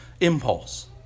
impulse